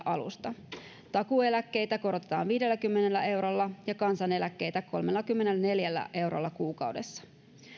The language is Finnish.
alusta takuueläkkeitä korotetaan viidelläkymmenellä eurolla ja kansaneläkkeitä kolmellakymmenelläneljällä eurolla kuukaudessa